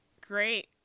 great